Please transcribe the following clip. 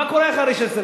מה קורה אחרי 16 שנה?